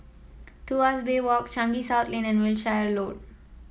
Tuas Bay Walk Changi South Lane and Wiltshire Road